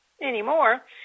anymore